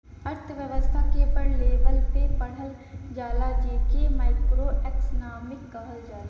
अर्थव्यस्था के बड़ लेवल पे पढ़ल जाला जे के माइक्रो एक्नामिक्स कहल जाला